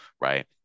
right